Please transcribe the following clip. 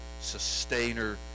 sustainer